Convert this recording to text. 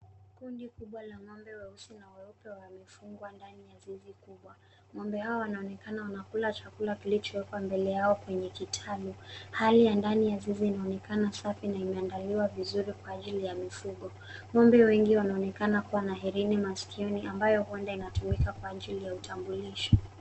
Kundi kuwa la ng'ombe weusi na weupe wamefungwa ndani ya zizi kubwa. Ng'ombe hao wanaonekana wanakula chakula kilichowekwa mbele yao kwenye kitalu. Hali ya ndani ya zizi inaonekana safi, na imeandaliwa vizuri kwa ajili mifugo. Ng'ombe wengi wanaonekana kua na herini maskioni, ambayo huenda inatumika kwa ajili ya utambulisho.